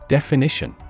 Definition